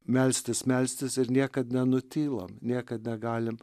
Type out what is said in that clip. melstis melstis ir niekad nenutylam niekad negalim